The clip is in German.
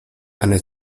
eine